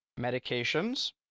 medications